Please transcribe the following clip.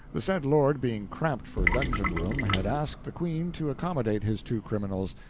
the said lord being cramped for dungeon-room had asked the queen to accommodate his two criminals,